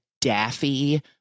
daffy